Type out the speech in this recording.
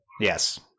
Yes